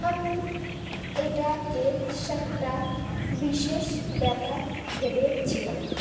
আমি এটাকে একটা বিশেষ ব্যাপার ভেবেছিলাম